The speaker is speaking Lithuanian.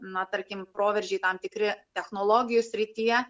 na tarkim proveržiai tam tikri technologijų srityje